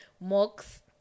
mocks